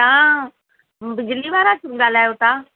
तव्हां बिजली वारा ॻाल्हायो था